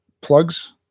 plugs